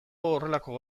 horrelako